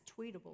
tweetable